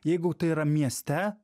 jeigu tai yra mieste